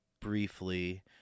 briefly